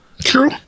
True